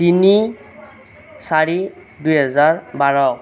তিনি চাৰি দুহেজাৰ বাৰ